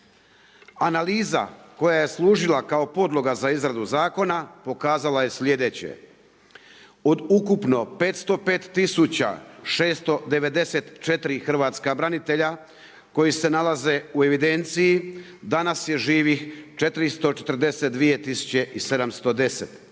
Analiza koja eje služila kao podloga za izradu zakona pokazala je slijedeće. Od ukupno 505 694 hrvatska branitelja koji se nalaze u evidenciji, danas je živih 442 710. Trajna